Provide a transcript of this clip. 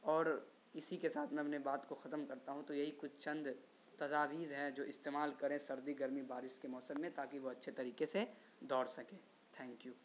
اور اسی کے ساتھ میں اپنی بات کو ختم کرتا ہوں تو یہی کچھ چند تجویز ہیں جو استعمال کریں سردی گرمی بارش کے موسم میں تاکہ وہ اچھے طریقے سے دوڑ سکیں تھینک یو